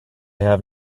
have